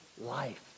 life